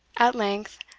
at length,